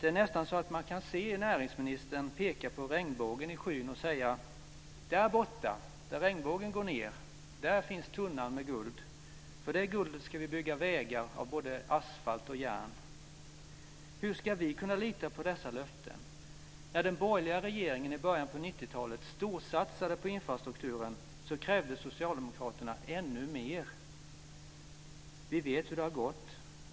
Det är nästan så att man kan se näringsministern peka på regnbågen i skyn och säga: Där borta, där regnbågen går ned, där finns tunnan med guld. För det guldet ska vi bygga vägar av både asfalt och järn. Hur ska vi kunna lita på dessa löften? När den borgerliga regeringen i början av 90-talet storsatsade på infrastrukturen krävde Socialdemokraterna ännu mer. Vi vet hur det har gått.